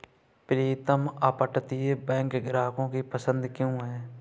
प्रीतम अपतटीय बैंक ग्राहकों की पसंद क्यों है?